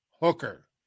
Hooker